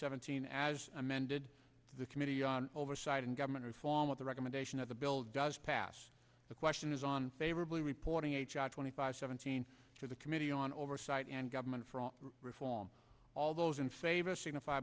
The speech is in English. seventeen as amended the committee on oversight and government reform with the recommendation of the bill does pass the question is on favorably reporting h r twenty five seventeen for the committee on oversight and government reform all those in favor signify